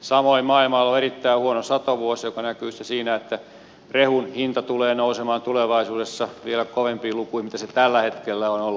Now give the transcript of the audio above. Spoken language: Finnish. samoin maailmalla on erittäin huono satovuosi joka näkyy sitten siinä että rehun hinta tulee nousemaan tulevaisuudessa vielä kovempiin lukuihin kuin missä se tällä hetkellä on ollut